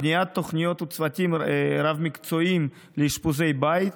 בניית תוכניות וצוותים רב-מקצועיים לאשפוזי בית,